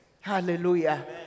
Hallelujah